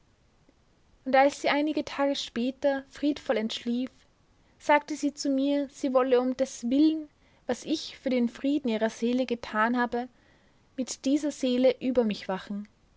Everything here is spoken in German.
und als sie einige tage später friedvoll entschlief sagte sie zu mir sie wolle um deswillen was ich für den frieden ihrer seele getan habe mit dieser seele über mich wachen